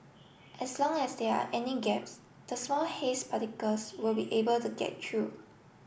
as long as there are any gaps the small haze particles will be able to get through